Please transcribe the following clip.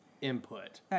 input